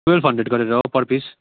twelve hundred गरेर हो per piece